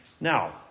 Now